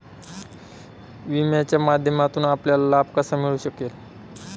विम्याच्या माध्यमातून आपल्याला लाभ कसा मिळू शकेल?